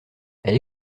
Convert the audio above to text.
elle